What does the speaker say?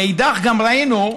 מאידך גיסא גם ראינו,